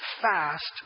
fast